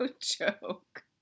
joke